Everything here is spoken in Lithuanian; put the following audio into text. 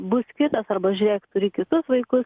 bus kitas arba žiūrėk turi kitus vaikus